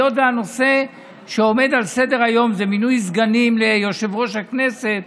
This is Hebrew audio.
היות שהנושא שעומד על סדר-היום זה מינוי סגנים ליושב-ראש הכנסת